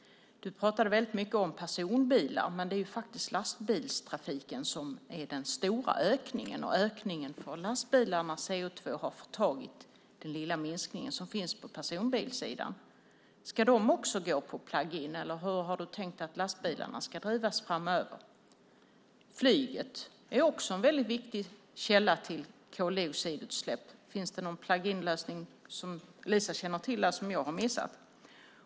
Du pratade mycket om personbilar, men det är faktiskt lastbilstrafiken som är den stora ökningen. Ökningen av lastbilarna ser ut att ha tagit den lilla minskning som finns på personbilssidan. Ska de också gå på plug-in eller hur har du tänkt att lastbilarna ska drivas framöver? Flyget är också en stor källa till koldioxidutsläpp. Finns det någon plug-in lösning som Eliza känner till där som jag har missat?